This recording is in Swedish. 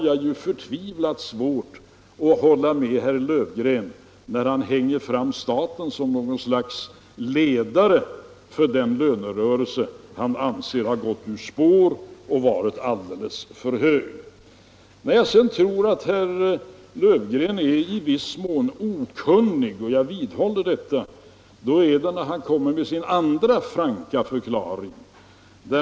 Jag har förtvivlat svårt för att hålla med herr Löfgren när han pekar på staten som något slags ledare för den lönerörelse som han anser ha gått ur spår och hamnat alldeles för högt. När jag sedan tror att herr Löfgren är i viss mån okunnig — och jag vidhåller detta — gäller det hans andra franka förklaring.